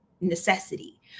necessity